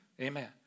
Amen